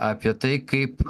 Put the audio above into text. apie tai kaip